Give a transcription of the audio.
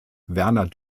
werner